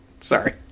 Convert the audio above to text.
Sorry